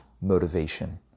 motivation